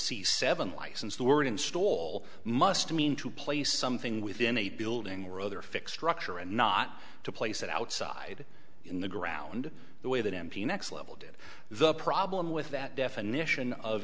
c seven license the word install must mean to play something within a building rather fix structure and not to place it outside in the ground the way that m p next level did the problem with that definition of